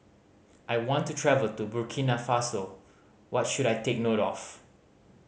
I want to travel to Burkina Faso what should I take note of